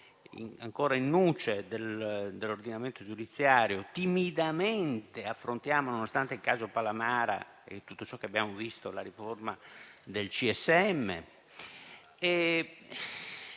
ancora *in nuce*, dell'ordinamento giudiziario. Timidamente affrontiamo, nonostante il caso Palamara e tutto ciò che abbiamo visto, la riforma del